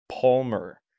Palmer